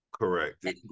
Correct